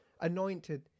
anointed